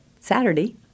Saturday